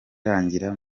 rangira